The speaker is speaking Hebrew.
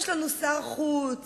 יש לנו שר חוץ